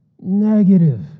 Negative